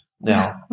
now